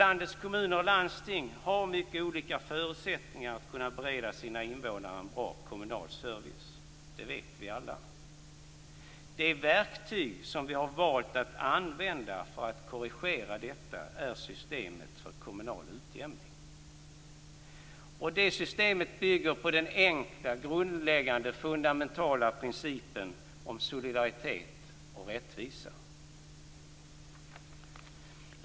Landets kommuner och landsting har mycket olika förutsättningar för att bereda sina invånare en bra kommunal service. Det vet vi alla. Det verktyg som vi har valt att använda för att korrigera detta är systemet för kommunal utjämning. Det systemet bygger på den enkla grundläggande fundamentala principen om solidaritet och rättvisa.